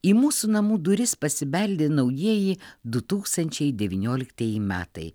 į mūsų namų duris pasibeldė naujieji du tūkstančiai devynioliktieji metai